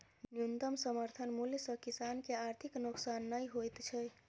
न्यूनतम समर्थन मूल्य सॅ किसान के आर्थिक नोकसान नै होइत छै